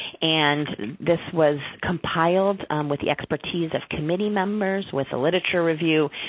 and this was compiled with the expertise of committee members, with a literature review,